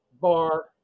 bar